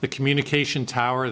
the communication tower